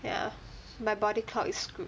ya my body clock is screwed